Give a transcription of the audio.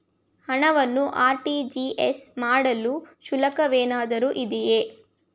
ಹಣವನ್ನು ಆರ್.ಟಿ.ಜಿ.ಎಸ್ ಮಾಡಲು ಶುಲ್ಕವೇನಾದರೂ ಇದೆಯೇ?